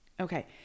okay